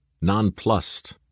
nonplussed